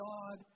God